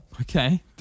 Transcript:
Okay